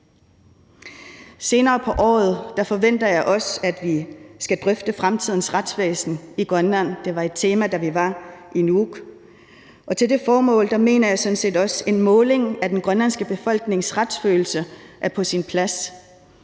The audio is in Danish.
Senere på året forventer jeg også at vi skal drøfte fremtidens retsvæsen i Grønland – det var et tema, da vi var i Nuuk – og til det formål mener jeg sådan set også at en måling af den grønlandske befolknings retsfølelse er på sin plads.